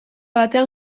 batean